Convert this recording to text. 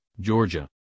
georgia